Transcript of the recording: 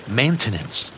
maintenance